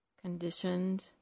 conditioned